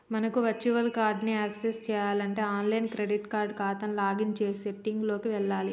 మనకు virtual card ని access చేయాలంటే ఆన్లైన్ క్రెడిట్ కార్డ్ ఖాతాకు లాగిన్ చేసి సెట్టింగ్ లోకి వెళ్లాలి